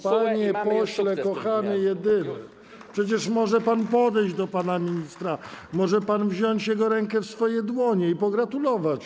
Panie pośle kochany, jedyny, przecież może pan podejść do pana ministra, może pan wziąć jego rękę w swoje dłonie i pogratulować mu.